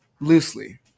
Loosely